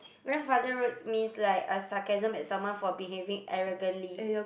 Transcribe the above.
grandfather road means like a sarcasm at someone for behaving arrogantly